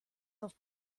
auf